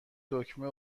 دکمه